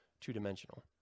two-dimensional